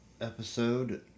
episode